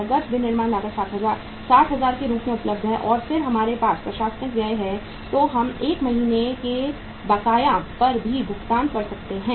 नकद विनिर्माण लागत 60000 के रूप में उपलब्ध है और फिर हमारे पास प्रशासनिक व्यय हैं जो हम 1 महीने के बकाया पर भी भुगतान कर सकते हैं